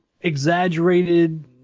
exaggerated